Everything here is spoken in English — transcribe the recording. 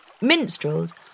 Minstrels